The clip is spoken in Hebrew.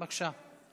בבקשה.